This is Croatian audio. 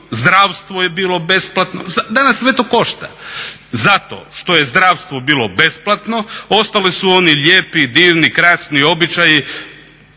zdravstvo je bilo besplatno. Danas sve to košta. Zato što je zdravstvo bilo besplatno ostali su oni lijepi, divni, krasni običaji,